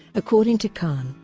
according to khan,